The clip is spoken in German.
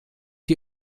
die